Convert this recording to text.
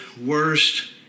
worst